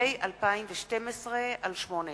פ/2012/18.